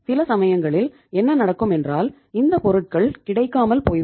சில சமயங்களில் என்ன நடக்கும் என்றால் இந்த பொருட்கள் கிடைக்காமல் போய்விடும்